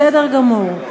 בסדר גמור.